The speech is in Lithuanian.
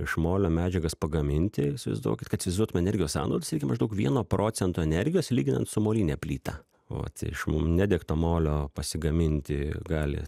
iš molio medžiagas pagaminti įsivaizduokit kad įsivaizduotume energijos sąnaudas reikia maždaug vieno procento energijos lyginant su moline plyta o iš nedegto molio pasigaminti gali